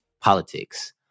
politics